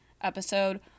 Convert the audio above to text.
episode